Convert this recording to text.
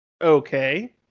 okay